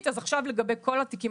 היא תהיה אחראית משפטית לגבי כל התיקים.